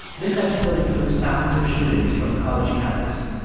this episode includes sounds of shootings from a college campus.